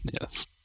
Yes